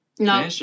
No